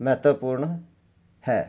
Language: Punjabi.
ਮਹੱਤਵਪੂਰਨ ਹੈ